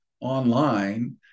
online